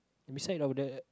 beside of the